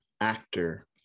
actor